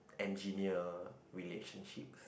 engineer relationships